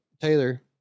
taylor